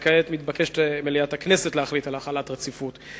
וכעת מתבקשת מליאת הכנסת להחליט על החלת רציפות.